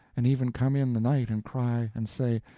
and even come in the night, and cry, and say,